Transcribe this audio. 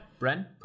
Bren